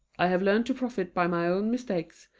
i have learned to profit by my own mistakes,